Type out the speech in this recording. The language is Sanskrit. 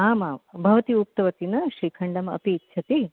आमां भवती उक्तवती न श्रीखण्डम् अपि इच्छति